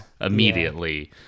immediately